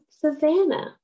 Savannah